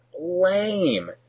lame